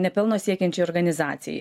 ne pelno siekiančiai organizacijai